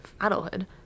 adulthood